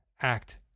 Act